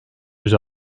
yüz